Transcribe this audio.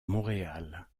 montréal